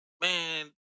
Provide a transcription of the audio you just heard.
man